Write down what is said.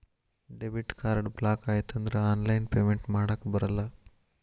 debit card block ಆಯ್ತಂದ್ರ online payment ಮಾಡಾಕಬರಲ್ಲ